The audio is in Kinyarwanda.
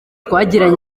twagiranye